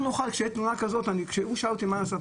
כשהוא שאל אותי מה לעשות,